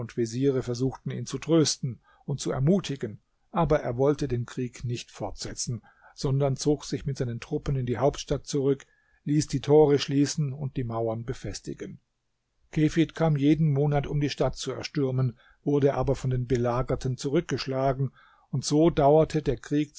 veziere suchten ihn zu trösten und zu ermutigen aber er wollte den krieg nicht fortsetzen sondern zog sich mit seinen truppen in die hauptstadt zurück ließ die tore schließen und die mauern befestigen kefid kam jeden monat um die stadt zu erstürmen wurde aber von den belagerten zurückgeschlagen und so dauerte der krieg